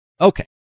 Okay